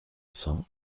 cents